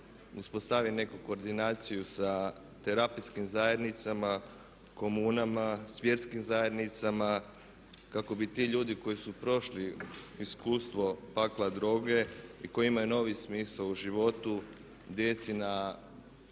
uspostavi neku koordinaciju sa terapijskim zajednicama, komunama, s vjerskim zajednicama kako bi ti ljudi koji su prošli iskustvo pakla droge i koji imaju novi smisao u životu djeci na